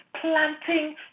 planting